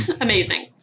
Amazing